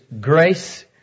grace